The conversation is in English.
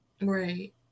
Right